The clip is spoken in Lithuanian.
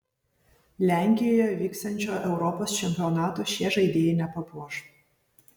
lenkijoje vyksiančio europos čempionato šie žaidėjai nepapuoš